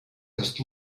just